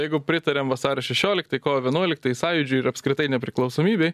jeigu pritariam vasario šešioliktai kovo vienuoliktai sąjūdžiui ir apskritai nepriklausomybei